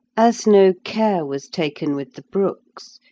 as no care was taken with the brooks,